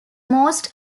most